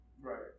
Right